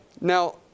Now